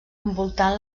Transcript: envoltant